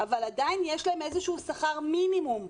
אבל עדיין יש להם איזשהו שכר מינימום.